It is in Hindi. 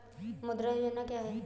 मुद्रा योजना क्या है?